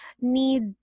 need